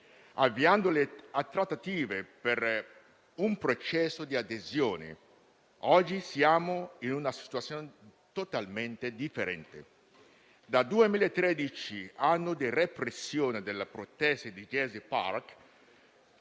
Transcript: avviando le trattative per un processo di adesione, oggi siamo in una situazione totalmente differente. Dal 2013, anno della repressione della proteste al Gezi Park,